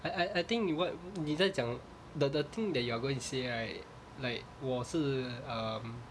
I I I think you what 你在讲 the the thing that you are going to say right like 我是 um